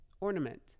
Ornament